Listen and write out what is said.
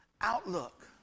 outlook